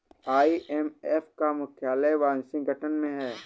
IMF का मुख्यालय Washington में है